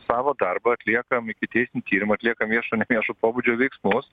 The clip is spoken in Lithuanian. savo darbą atliekam ikiteisminį tyrimą atliekam viešo neviešo pobūdžio veiksmus